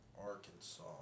Arkansas